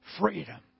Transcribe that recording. freedom